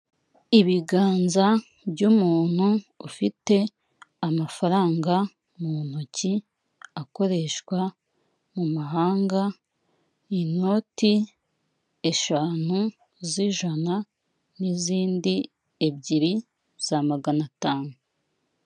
Ibiganza by'umuntu ufite amafaranga mu ntoki akoreshwa mu mahanga, inoti eshanu z'ijana n'izindi ebyiri za magana atanu.